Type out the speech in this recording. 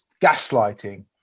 gaslighting